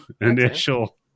initial